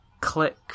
click